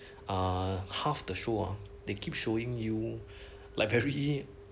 ah half the show uh they keep showing you like very